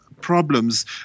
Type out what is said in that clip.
problems